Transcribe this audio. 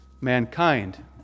mankind